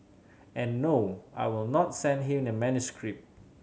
and no I will not send him the manuscript